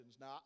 Now